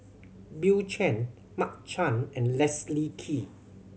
Bill Chen Mark Chan and Leslie Kee